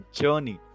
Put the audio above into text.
journey